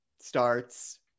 starts